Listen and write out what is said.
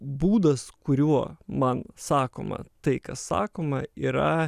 būdas kuriuo man sakoma tai kas sakoma yra